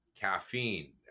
caffeine